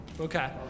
Okay